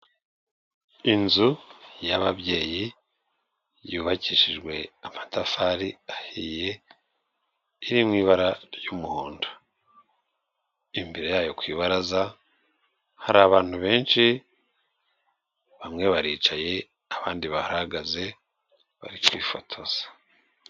Inzu y'ababyeyi yubakishijwe amatafari ahiye, iri mu ibara ry'umuhondo. Imbere yayo ku ibaraza hari abantu benshi, bamwe baricaye, abandi barahagaze, bari kwifotoza.